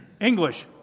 English